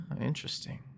Interesting